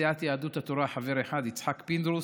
לסיעת יהדות התורה חבר אחד, יצחק פינדרוס,